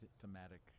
thematic